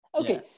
okay